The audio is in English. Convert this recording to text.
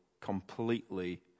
completely